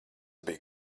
bija